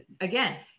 again